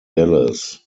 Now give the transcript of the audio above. dallas